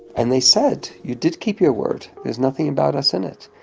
and they said, you did keep your word, there's nothing about us in it,